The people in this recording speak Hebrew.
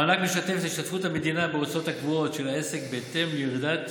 המענק משקף את השתתפות המדינה בהוצאות הקבועות של העסק בהתאם לירידת